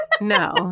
no